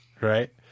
Right